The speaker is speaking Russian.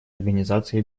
организации